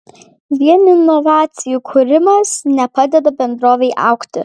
vien inovacijų kūrimas nepadeda bendrovei augti